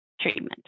treatment